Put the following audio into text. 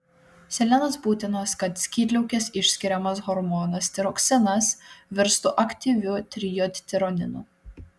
selenas būtinas kad skydliaukės išskiriamas hormonas tiroksinas virstų aktyviu trijodtironinu